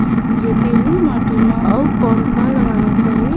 रेतीली माटी म अउ कौन का लगाना चाही?